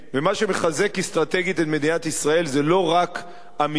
מה שמחזק אסטרטגית את מדינת ישראל זה לא רק אמירות